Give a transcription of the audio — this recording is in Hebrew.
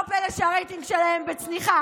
לא פלא שהרייטינג שלהם בצניחה.